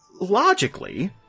Logically